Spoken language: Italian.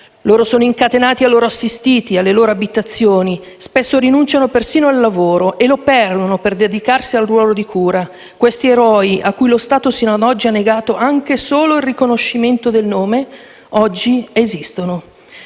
Loro sono incatenati ai loro assistiti, alle loro abitazioni, spesso rinunciano persino al lavoro o lo perdono per dedicarsi al loro ruolo di cura. Questi eroi, a cui lo Stato sino ad oggi ha negato anche il solo riconoscimento del nome, oggi esistono.